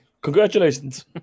Congratulations